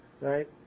right